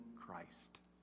Christ